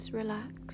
relax